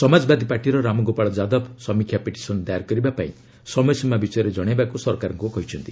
ସମାଜବାଦୀ ପାର୍ଟିର ରାମଗୋପାଳ ଯାଦବ ସମୀକ୍ଷା ପିଟିସନ ଦାଏର କରିବା ପାଇଁ ସମୟସୀମା ବିଷୟରେ କଣାଇବାକୁ ସରକାରଙ୍କୁ କହିଛନ୍ତି